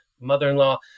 mother-in-law